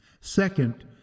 Second